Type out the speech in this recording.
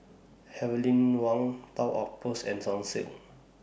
Heavenly Wang Toy Outpost and Sunsilk